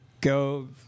go